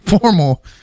Formal